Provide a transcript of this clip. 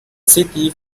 city